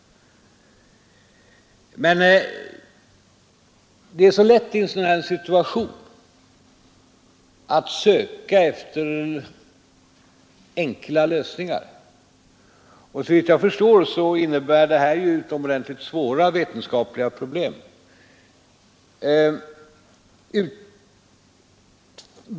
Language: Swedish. Det är så lätt att i en situation som denna söka efter enkla lösningar, men såvitt jag förstår innebär det här utomordentligt svåra vetenskapliga problem.